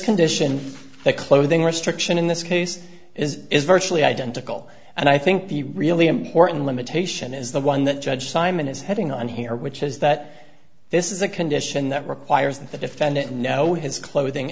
condition the clothing restriction in this case is virtually identical and i think the really important limitation is the one that judge simon is having on here which is that this is a condition that requires that the defendant know his clothing